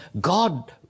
God